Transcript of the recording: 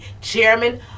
chairman